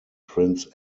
prince